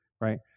right